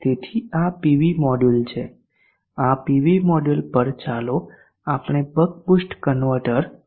તેથી આ PV module છે આ પીવી મોડ્યુલ પર ચાલો આપણે બક બૂસ્ટ કન્વર્ટર રજૂ કરીએ